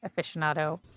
aficionado